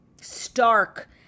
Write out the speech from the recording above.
stark